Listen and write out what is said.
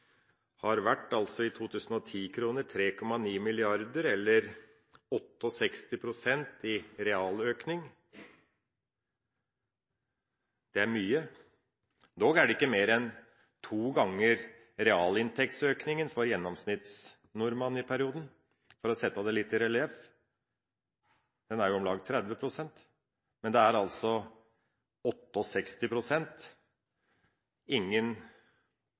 har vært 3,9 mrd. kr i 2010-kroner eller 68 pst. i realøkning. Det er mye, dog er det ikke mer enn to ganger realinntektsøkningen for gjennomsnittsnordmannen i perioden, for å sette det litt i relieff. Den er på om lag 30 pst., men her er det altså 68 pst. Ingen